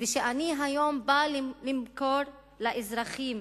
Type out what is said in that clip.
ואני היום בא למכור לאזרחים.